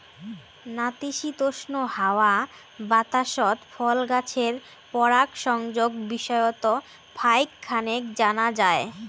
নাতিশীতোষ্ণ হাওয়া বাতাসত ফল গছের পরাগসংযোগ বিষয়ত ফাইক খানেক জানা যায়